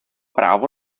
právo